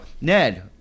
Ned